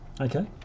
Okay